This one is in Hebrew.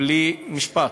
בלי משפט.